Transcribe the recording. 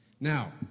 Now